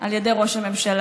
על ידי ראש הממשלה,